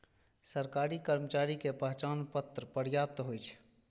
सरकारी कर्मचारी के पहचान पत्र पर्याप्त होइ छै